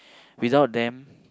without them